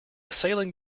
sailing